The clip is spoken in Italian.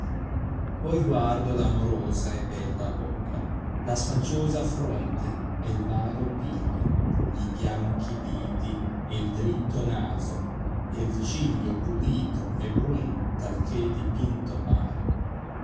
poi guardo l amorosa e bella bocca la spaciosa fronte e il vago piglio li bianchi diti e il dritto naso e il ciglio pulito e brun talché dipinto pare